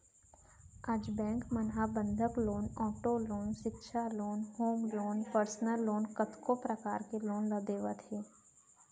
आज बेंक मन ह बंधक लोन, आटो लोन, सिक्छा loan, home loan, personal loan कतको परकार ले लोन देवत हे